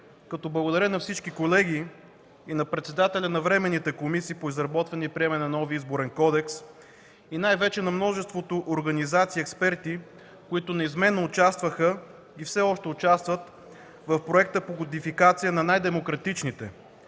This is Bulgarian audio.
си с благодарност към всички колеги и на председателя на временните комисии по изработване и приемане на новия Изборен кодекс, и най-вече на множеството организации, експерти, които неизменно участваха и все още участват в проекта по кодификация на най-демократичните,